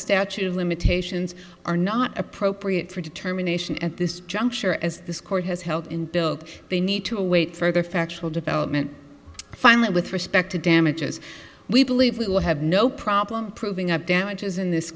statute of limitations are not appropriate for determination at this juncture as this court has held and built they need to await further factual development finally with respect to damages we believe we will have no problem proving up damages in this